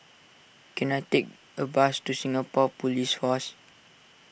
can I take a bus to Singapore Police Force